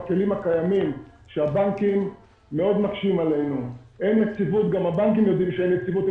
המובן מאליו - שכאשר יש מצב מיוחד בעורף,